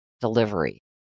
delivery